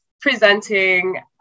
presenting